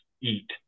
eat